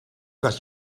got